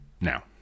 Now